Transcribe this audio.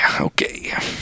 okay